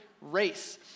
race